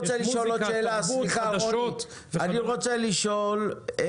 אני רוצה לשאול,